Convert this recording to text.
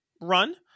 run